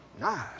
nice